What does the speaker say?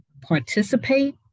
participate